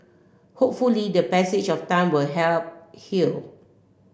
hopefully the passage of time will help heal